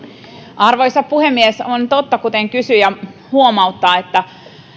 arvoisa puhemies on totta kuten kysyjä huomauttaa että